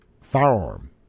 firearm